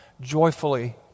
joyfully